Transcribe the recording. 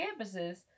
campuses